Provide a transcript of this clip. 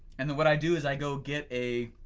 and then what i do is i go get a,